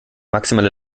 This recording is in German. maximale